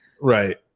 Right